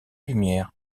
lumières